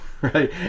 right